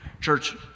Church